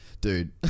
Dude